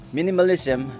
minimalism